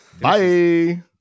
Bye